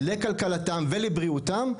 לכלכלתם ולבריאותם,